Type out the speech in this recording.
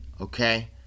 okay